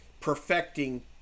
perfecting